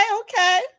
okay